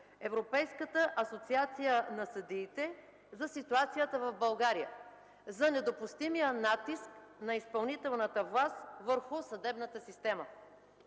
Европейската асоциация на съдиите, за ситуацията в България за недопустимия натиск на изпълнителната власт върху съдебната система.